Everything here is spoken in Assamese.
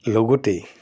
লগতে